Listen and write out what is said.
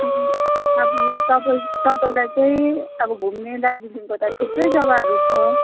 अब तपाईँ तपाईँलाई चाहिँ अब घुम्ने दार्जिलिङको त थुप्रै जग्गाहरू छ